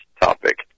topic